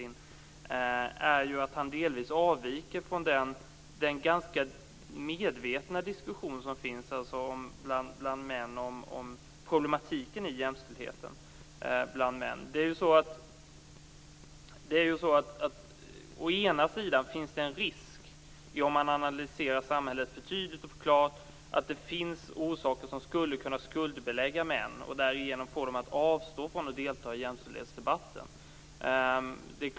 Han avviker delvis från den medvetna diskussion som finns bland män om problemen i jämställdheten. Det finns en risk i att analysera samhället för tydligt, nämligen att det finns orsaker som skulle kunna skuldbelägga män och därigenom skulle de avstå från att delta i jämställdhetsdebatten.